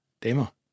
Demo